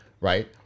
right